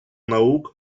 наук